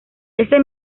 ese